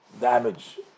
damage